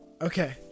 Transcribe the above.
Okay